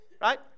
right